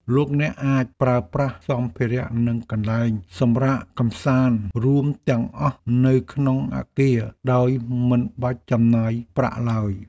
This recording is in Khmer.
លោកអ្នកអាចប្រើប្រាស់សម្ភារនិងកន្លែងសម្រាកកម្សាន្តរួមទាំងអស់នៅក្នុងអគារដោយមិនបាច់ចំណាយប្រាក់ឡើយ។